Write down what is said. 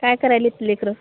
काय करायली त लेकरं